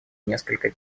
несколько